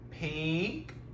Pink